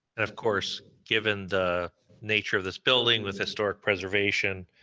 of course, given the nature of this building with historic preservation,